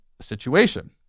situation